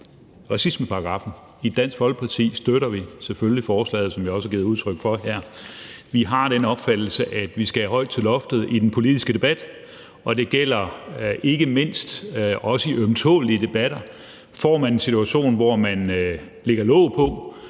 racismeparagraffen. I Dansk Folkeparti støtter vi selvfølgelig forslaget, som jeg også har givet udtryk for her. Vi har den opfattelse, at der skal være højt til loftet i den politiske debat, og det gælder ikke mindst også i ømtålelige debatter. Får man en situation, hvor man lægger låg på,